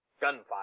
gunfire